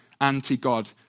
anti-God